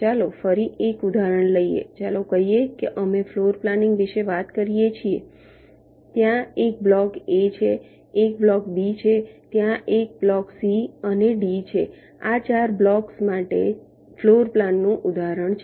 ચાલો ફરી એક ઉદાહરણ લઈએ ચાલો કહીએ કે અમે ફ્લોર પ્લાનિંગ વિશેવાત કરીએ ત્યાંએક બ્લોક એ છે એક બ્લોક બી છે ત્યાંએક બ્લોક સી અનેડી છે આ 4 બ્લોક્સ માટે ફ્લોરપ્લાન નુંઉદાહરણ છે